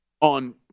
on –